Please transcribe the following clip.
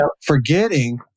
Forgetting